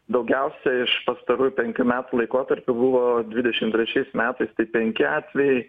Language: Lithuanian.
daugiausiai iš pastarųjų penkių metų laikotarpiu buvo dvidešimt trečiais metais tai penki atvejai